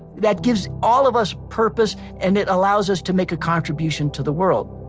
that gives all of us purpose and it allows us to make a contribution to the world